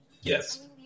Yes